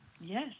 Yes